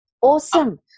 Awesome